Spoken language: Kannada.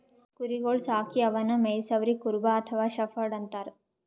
ಕುರಿಗೊಳ್ ಸಾಕಿ ಅವನ್ನಾ ಮೆಯ್ಸವರಿಗ್ ಕುರುಬ ಅಥವಾ ಶೆಫರ್ಡ್ ಅಂತಾರ್